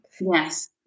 Yes